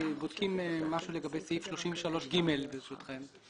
משהו לגבי סעיף 33(ג), ברשותכם.